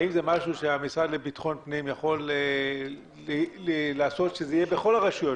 האם זה משהו שהמשרד לביטחון הפנים יכול לעשות שזה יהיה בכל הרשויות?